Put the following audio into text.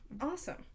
Awesome